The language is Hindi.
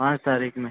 पाँच तारीख में